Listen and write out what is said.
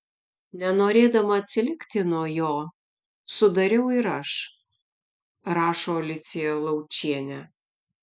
nenorėdama atsilikti nuo jo sudariau ir aš rašo alicija laučienė